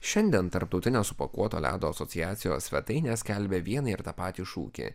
šiandien tarptautinio supakuoto ledo asociacijos svetainė skelbia viena ir tą patį šūkį